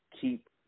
keep